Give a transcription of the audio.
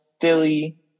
Philly